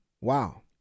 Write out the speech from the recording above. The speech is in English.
Wow